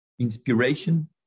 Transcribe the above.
inspiration